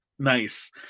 Nice